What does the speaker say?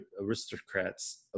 aristocrats